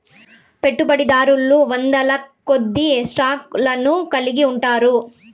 పెట్టుబడిదారులు వందలకొద్దీ స్టాక్ లను కలిగి ఉంటారు